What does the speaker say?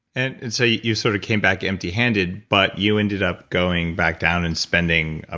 and and so, you you sort of came back empty handed, but you ended up going back down and spending, ah